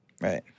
Right